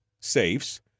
Safes